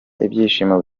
ibyishimo